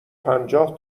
پنجاه